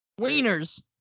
Wieners